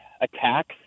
attacks